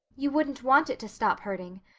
you wouldn't want it to stop hurting.